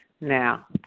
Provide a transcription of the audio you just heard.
Now